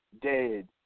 dead